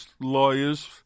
lawyers